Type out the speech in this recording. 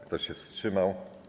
Kto się wstrzymał?